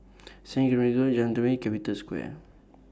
Saint Margaret's Road Jalan Telawi Capital Square